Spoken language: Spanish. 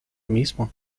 mismo